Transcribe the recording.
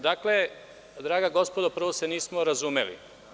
Draga gospodo, prvo se nismo razumeli.